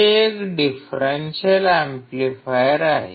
हे एक differential amplifier आहे